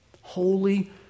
Holy